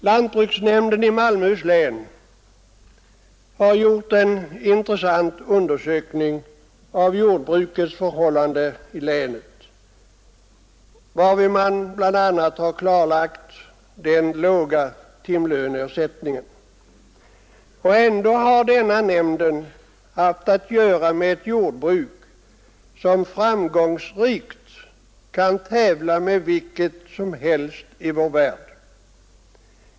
Lantbruksnämnden i Malmöhus län har gjort en intressant undersökning av jordbrukets förhållanden i länet, varvid man bl.a. har klarlagt den låga timlöneersättningen. Ändå har nämnden haft att göra med ett jordbruk som framgångsrikt kan tävla med vilket som helst i vår värld.